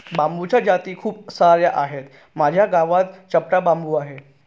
बांबूच्या जाती खूप सार्या आहेत, माझ्या गावात चपटा बांबू आहे